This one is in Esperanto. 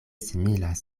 similas